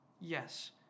Yes